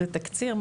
זה תקציר?